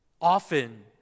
often